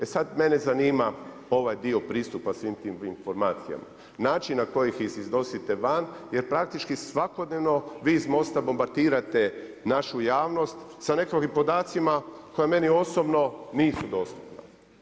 E sad mene zanima ovaj dio pristupa svim tim informacijama, način na kojih iznosite van, jer praktički svakodnevno vi iz Mosta bombardirate našu javnost, sa nekim podacima, koji meni osobno nisu dostupna.